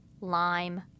lime